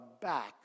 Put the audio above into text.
back